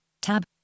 tab